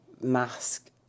mask